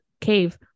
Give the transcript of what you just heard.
cave